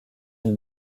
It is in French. une